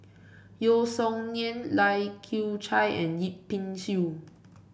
Yeo Song Nian Lai Kew Chai and Yip Pin Xiu